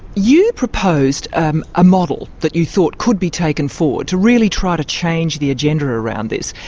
you proposed um a model that you thought could be taken forward to really try to change the agenda around this.